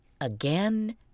again